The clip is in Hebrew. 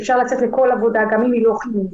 אפשר לצאת לכל עבודה גם אם היא לא חיונית.